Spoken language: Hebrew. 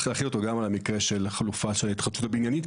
להחיל אותו גם על המקרה של החלופה של ההתחדשות הבניינית.